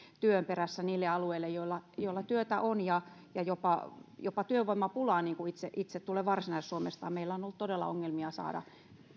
työn perässä niille alueille joilla joilla työtä on ja ja jopa jopa työvoimapulaa niin kuin varsinais suomessa mistä itse tulen meillä on ollut todella ongelmia saada